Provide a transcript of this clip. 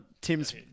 Tim's